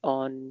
on